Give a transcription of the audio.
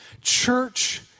Church